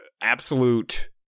absolute